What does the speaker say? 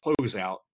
closeout